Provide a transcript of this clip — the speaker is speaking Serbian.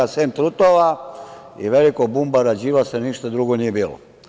Sem trutova i veliko bumbara Đilasa, ništa drugo nije bilo.